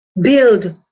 build